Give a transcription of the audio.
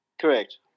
Correct